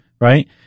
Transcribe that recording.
Right